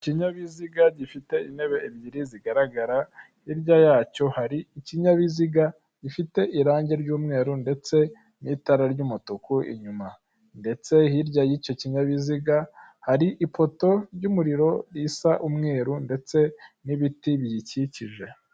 Ikinyabiziga gifite intebe ebyiri zigaragara, hirya yacyo har’ikinyabiziga gifite irangi ry'umweru ndetse n'itara ry'umutuku inyuma, ndetse hirya y'icyo kinyabiziga hari ipoto y'umuriro ris’umweru ndetse n'ibiti biyikikije.